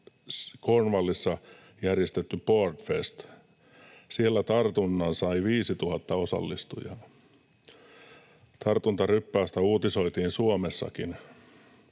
Cornwallissa järjestetty Boardmasters. Siellä tartunnan sai 5 000 osallistujaa. Tartuntaryppäästä uutisoitiin Suomessakin.